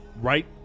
Right